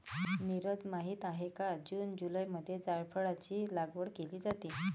नीरज माहित आहे का जून जुलैमध्ये जायफळाची लागवड केली जाते